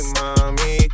mommy